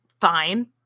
fine